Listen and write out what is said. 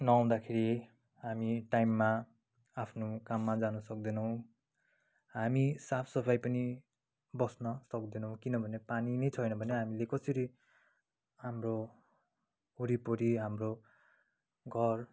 नआउँदाखेरि हामी टाइममा आफ्नो काममा जान सक्दैनौँ हामी साफसफाइ पनि बस्न सक्दैनौँ किनभने पानी नै छैन भने हामीले कसरी हाम्रो ओरिपरि हाम्रो घर